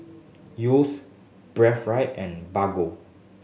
Yeo's Breathe Right and Bargo